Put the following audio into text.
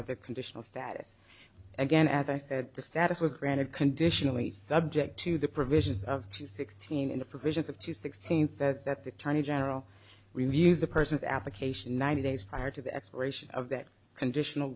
of the conditional status again as i said the status was granted conditionally subject to the provisions of two sixteen in the provisions of two sixteen says that the attorney general reviews a person's application ninety days prior to the expiration of that conditional